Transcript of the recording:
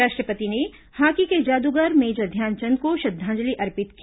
राष्ट्र पति ने ह ॉकी के जादूगर मेजर ध्यानचंद को श्रद्धांजलि अर्पित की